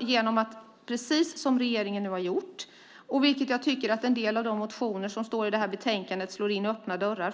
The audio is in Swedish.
genom att göra precis som regeringen har gjort, nämligen öka kunskapen med mera. Här slår en del av motionerna som står i betänkandet in öppna dörrar.